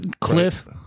Cliff